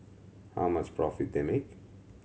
how much profit they make